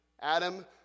Adam